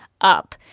up